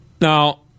Now